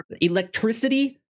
electricity